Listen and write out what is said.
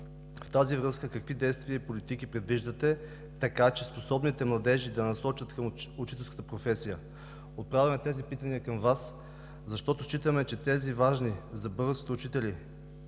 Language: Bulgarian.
В тази връзка какви действия и политики предвиждате, така че способните младежи да се насочат към учителската професия? Отправяме тези питания към Вас, защото считаме, че те са важни за българските учители,